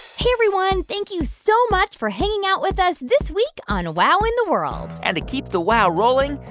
hey, everyone. thank you so much for hanging out with us this week on wow in the world and to keep the wow rolling,